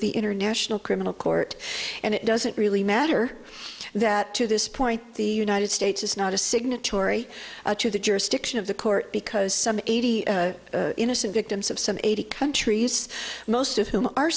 the international criminal court and it doesn't really matter that to this point the united states is not a signatory to the jurisdiction of the court because some eighty innocent victims of some eighty countries most of whom are